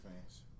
fans